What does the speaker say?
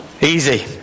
easy